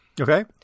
Okay